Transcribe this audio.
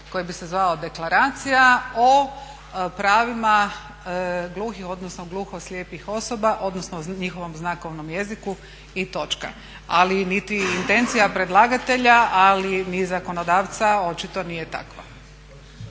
koji bi se zvao Deklaracija o pravima gluhih odnosno gluhoslijepih osoba odnosno njihovom znakovnom jeziku i točka. Ali niti intencija predlagatelja ali ni zakonodavca očito nije takva.